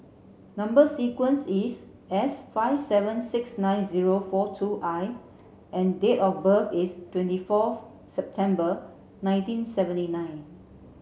number sequence is S five seven six nine zero four two I and date of birth is twenty forth September nineteen seventy nine